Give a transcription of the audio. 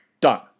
done